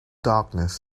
darkness